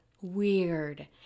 Weird